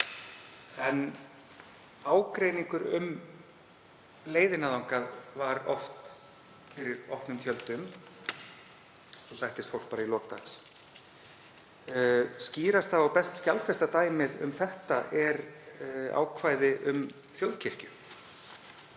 en ágreiningur um leiðina þangað var oft fyrir opnum tjöldum og svo sættist fólk bara í lok dags. Skýrasta og best skjalfesta dæmið um þetta er ákvæði um þjóðkirkju.